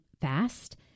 fast